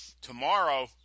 Tomorrow